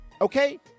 okay